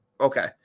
Okay